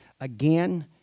again